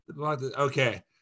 Okay